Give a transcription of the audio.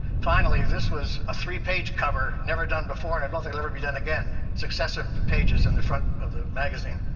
finally, this was a three-page cover, never done before, and i don't think it will ever be done again successive pages in the front of the magazine.